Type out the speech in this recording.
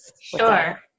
Sure